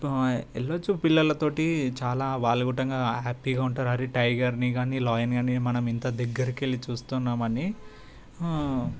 వెళ్ళొచ్చు పిల్లలతో చాలా వాల్ గుట్టంగా హ్యాపీగా ఉంటారు అరే టైగర్ని కానీ లయన్ కానీ మనం ఇంత దగ్గరికి వెళ్ళి చూస్తున్నామని